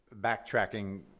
backtracking